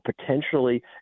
potentially